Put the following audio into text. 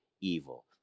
evil